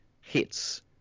hits